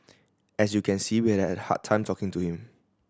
as you can see we had a hard time talking to him